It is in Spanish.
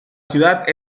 ciudad